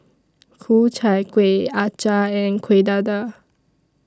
Ku Chai Kuih Acar and Kueh Dadar